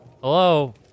hello